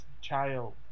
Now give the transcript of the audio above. child